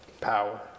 Power